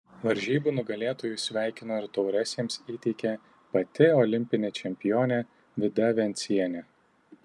varžybų nugalėtojus sveikino ir taures jiems įteikė pati olimpinė čempionė vida vencienė